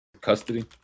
custody